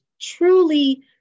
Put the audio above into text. truly